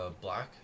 black